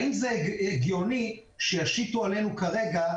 האם זה הגיוני שישיתו עלינו כרגע,